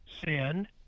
Sin